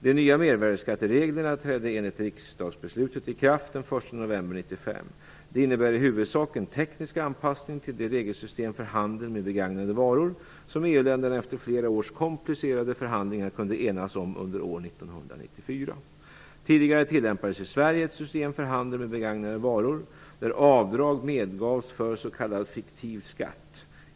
De nya mervärdesskattereglerna trädde enligt riksdagsbeslutet i kraft den 1 november 1995. Det innebär i huvudsak en teknisk anpassning till det regelsystem för handeln med begagnade varor som EU-länderna efter flera års komplicerade förhandlingar kunde enas om under år 1994. Tidigare tillämpades i Sverige ett system för handel med begagnade varor där avdrag medgavs för s.k. fiktiv skatt.